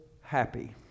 happy